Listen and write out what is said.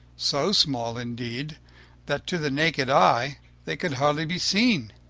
so small indeed that to the naked eye they could hardly be seen.